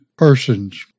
Persons